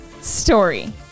story